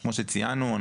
כמו שציינו,